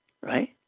right